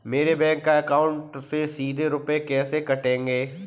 मेरे bank account से सीधे रुपए कैसे कटेंगे?